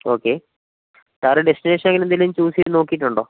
okay sir destination അങ്ങനെന്തെങ്കിലും choose ചെയ്ത് നോക്കിയിട്ടുണ്ടോ